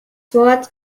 wort